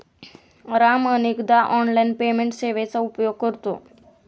राम अनेकदा online payment सेवेचा उपयोग करतो